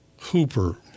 Hooper